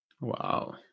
Wow